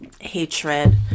hatred